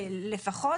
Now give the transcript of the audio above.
לפחות,